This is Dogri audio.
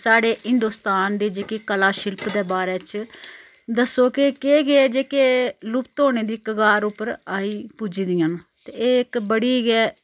साढ़े हिंदोस्तान दे जेह्के कला शिल्प दे बारे च दस्सो के केह् केह् जेह्के लुप्त होने दी कगार उप्पर आई पुज्जी दियां न ते एह् इक बड़ी गै